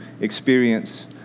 experience